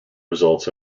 results